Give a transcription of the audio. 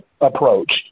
approach